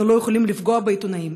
אנחנו לא יכולים לפגוע בעיתונאים,